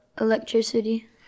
electricity